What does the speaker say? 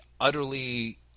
utterly